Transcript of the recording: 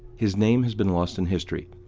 his name has been lost in history,